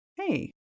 Hey